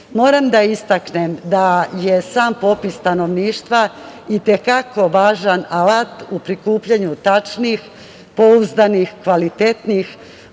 da istaknem da je sam popis stanovništva, i te kako važan alat u prikupljanju tačnih, pouzdanih i kvalitetnih,